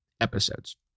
episodes